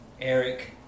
Eric